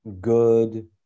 good